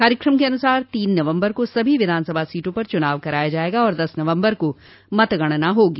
कार्यक्रम के अनुसार तीन नवम्बर को सभी विधानसभा सीटों पर चुनाव कराया जायेगा और दस नवम्बर को मतगणना होगी